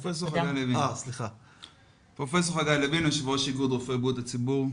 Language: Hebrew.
פרופ' חגי לוין, בבקשה.